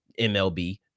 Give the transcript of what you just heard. MLB